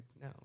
no